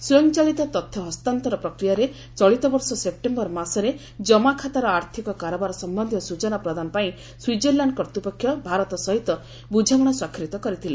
ସ୍ୱୟଂ ଚାଳିତ ତଥ୍ୟ ହସ୍ତାନ୍ତର ପ୍ରକ୍ରିୟାରେ ଚଳିତବର୍ଷ ସେପ୍ଟେମ୍ବର ମାସରେ ଜମାଖାତାର ଆର୍ଥିକ କାରବାର ସମ୍ଭନ୍ଧୀୟ ସୂଚନା ପ୍ରଦାନ ପାଇଁ ସୁଇଜରଲାଣ୍ଡ କର୍ତ୍ତ୍ପକ୍ଷ ଭାରତ ସହିତ ବୁଝାମଣା ସ୍ୱାକ୍ଷରିତ କରିଥିଲେ